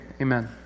amen